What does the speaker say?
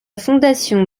fondation